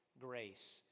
grace